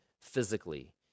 physically